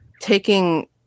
taking